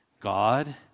God